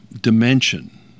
dimension